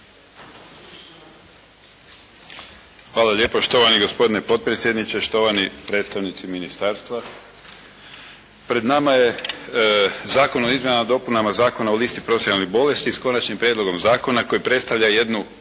Hvala lijepa štovani gospodine potpredsjedniče, štovani predstavnici ministarstva. Pred nama je Zakon o izmjenama i dopunama Zakona o listi profesionalnih bolest, s Konačnim prijedlogom zakona koji predstavlja jednu